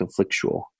conflictual